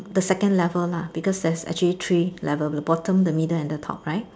the second level lah because there's actually three level the bottom the middle and the top right